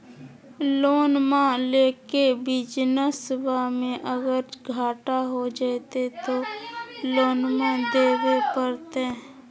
लोनमा लेके बिजनसबा मे अगर घाटा हो जयते तो लोनमा देवे परते?